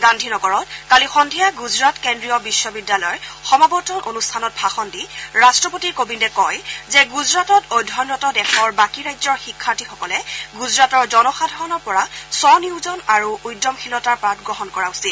গান্ধীনগৰত কালি সদ্ধিয়া গুজৰাট কেন্দ্ৰীয় বিশ্ববিদ্যালয়ৰ সমাৱৰ্তন অনুষ্ঠানত ভাষণ দি ৰাট্টপতি কোবিন্দে কয় যে গুজৰাটত অধ্যয়নৰত দেশৰ বাকী ৰাজ্যৰ শিক্ষাৰ্থীসকলে গুজৰাটৰ জনসাধাৰণৰ পৰা স্বনিয়োজন আৰু উদ্যমশীলতাৰ পাঠ গ্ৰহণ কৰা উচিত